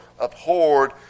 abhorred